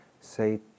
say